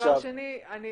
רק